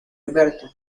alberto